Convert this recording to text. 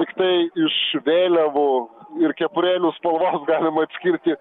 tiktai iš vėliavų ir kepurėlių spalvos galima atskirti